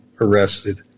arrested